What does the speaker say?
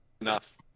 enough